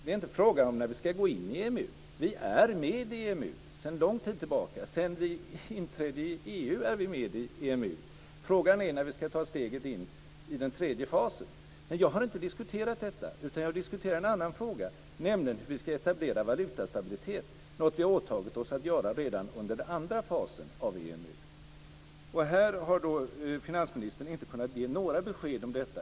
Det är inte fråga om när vi ska gå in i EMU. Vi är med i EMU sedan lång tid tillbaka - sedan vi inträdde i EU är vi med i EMU. Frågan är när vi ska ta steget in i den tredje fasen. Men jag har inte diskuterat detta, utan jag diskuterar en annan fråga - nämligen hur vi ska etablera valutastabilitet. Det är något vi har åtagit oss att göra redan under den andra fasen av EMU. Här har finansministern inte kunnat ge några besked om detta.